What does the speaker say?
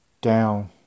down